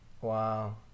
Wow